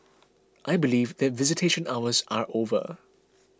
I believe that visitation hours are over